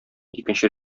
икенче